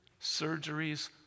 surgeries